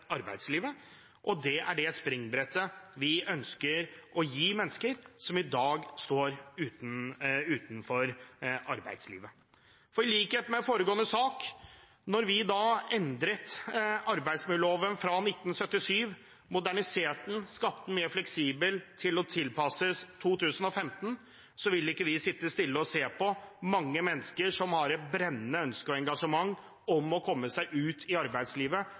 arbeidslivet, og det er det springbrettet vi ønsker å gi mennesker som i dag står utenfor arbeidslivet. For i likhet med foregående sak: Da vi endret arbeidsmiljøloven fra 1977, moderniserte den, skapte den mer fleksibel og tilpasset den 2015, ville ikke vi sitte stille og se på at mange mennesker som har et brennende ønske og engasjement om å komme seg ut i arbeidslivet,